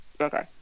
Okay